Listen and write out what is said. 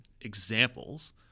examples